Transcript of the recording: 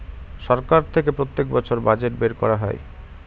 সরকার থেকে প্রত্যেক বছর বাজেট বের করা হয়